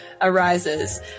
arises